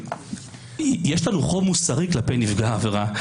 יש לנו חוב מוסרי כלפי נפגע העבירה.